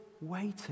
waiting